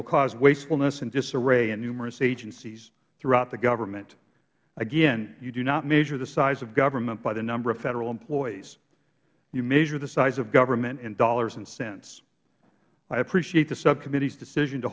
will cause wastefulness and disarray in numerous agencies throughout the government again you do not measure the size of government by the number of federal employees you measure the size of government in dollars and cents i appreciate the subcommittee's decision to